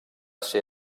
ser